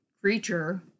creature